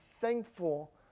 thankful